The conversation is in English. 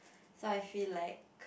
so I feel like